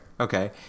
Okay